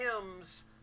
hymns